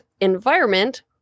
environment